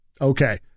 okay